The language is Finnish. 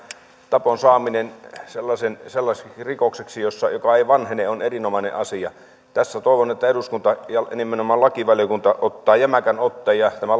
tapon saaminen sellaiseksi rikokseksi joka ei vanhene on erinomainen asia tässä toivon että eduskunta ja nimenomaan lakivaliokunta ottaa jämäkän otteen ja tämä